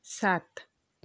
सात